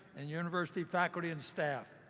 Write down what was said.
and university faculty and staff.